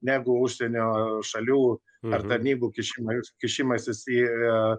negu užsienio šalių ar tarnybų kišimas kišimasis į